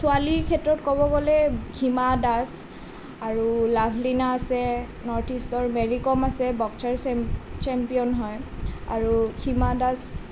ছোৱালীৰ ক্ষেত্ৰত ক'ব গ'লে হীমা দাস আৰু লাভলীনা আছে নৰ্থ ইষ্টৰ মেৰি কম আছে বক্সাৰ ছেম্পিয়ন হয় আৰু হীমা দাস